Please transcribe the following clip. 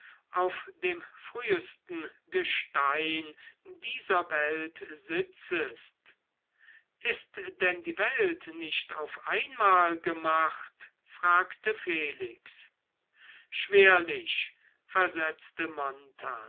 auf dem frühesten gestein dieser welt sitzest ist denn die welt nicht auf einmal gemacht fragte felix schwerlich versetzte